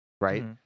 right